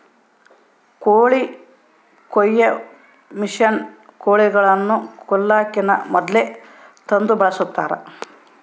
ಕೋಳಿ ಕೊಯ್ಯೊ ಮಷಿನ್ನ ಕೋಳಿಗಳನ್ನ ಕೊಲ್ಲಕಿನ ಮೊದ್ಲೇ ತಂದು ಬಳಸ್ತಾರ